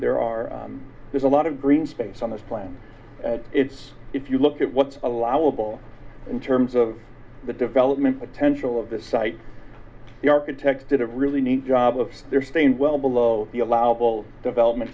there are there's a lot of green space on this planet if you look at what's allowable in terms of the development potential of the site the architect did a really neat job of there saying well below the allowable development